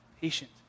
patient